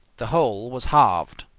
the hole was halved.